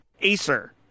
Acer